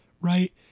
right